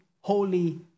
holy